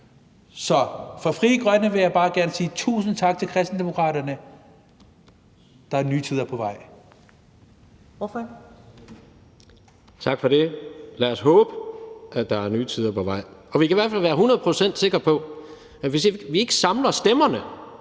Så fra Frie Grønnes side vil jeg bare gerne sige tusind tak til Kristendemokraterne. Der er nye tider på vej.